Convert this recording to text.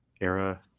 era